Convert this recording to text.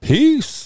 Peace